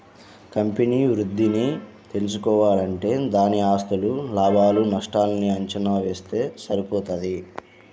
company వృద్ధిని తెల్సుకోవాలంటే దాని ఆస్తులు, లాభాలు నష్టాల్ని అంచనా వేస్తె సరిపోతది